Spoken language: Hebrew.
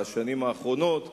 בשנים האחרונות,